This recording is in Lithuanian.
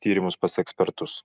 tyrimus pas ekspertus